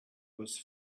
was